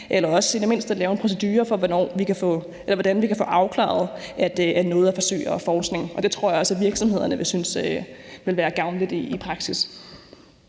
eller i det mindste lave en procedure for, hvordan vi kan få afklaret, at noget er forsøg og forskning. Det tror jeg også at virksomhederne vil synes vil være gavnligt i praksis.